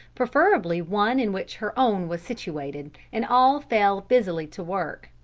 preferably one in which her own was situated, and all fell busily to work.